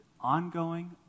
ongoing